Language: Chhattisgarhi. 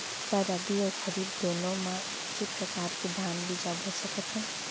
का रबि अऊ खरीफ दूनो मा एक्के प्रकार के धान बीजा बो सकत हन?